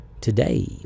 Today